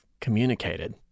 communicated